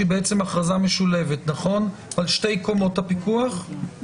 שהיא בעצם הכרזה משולבת על שתי קומות הפיקוח,